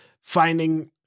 Finding